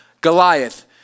Goliath